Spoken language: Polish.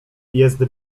jest